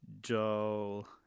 Joel